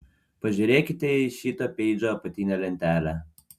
pažiūrėkite į šito peidžo apatinę lentelę